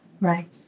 Right